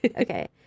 Okay